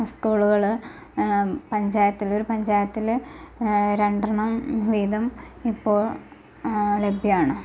സ്കൂളുകൾ പഞ്ചായത്തുകൾ ഒരു പഞ്ചായത്തിൽ രണ്ടെണ്ണം വീതം ഇപ്പോൾ ലഭ്യമാണ്